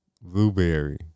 Blueberry